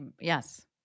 yes